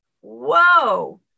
whoa